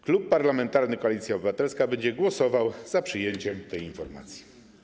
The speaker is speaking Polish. Klub Parlamentarny Koalicja Obywatelska będzie głosował za przyjęciem tej informacji.